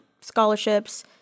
scholarships